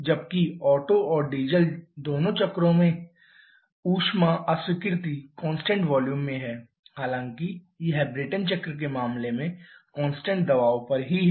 जबकि ओटो और डीजल दोनों चक्रों के मामले में ऊष्मा अस्वीकृति कांस्टेंट वॉल्यूम में है हालांकि यह ब्रेटन चक्र के मामले में कांस्टेंट दबाव पर है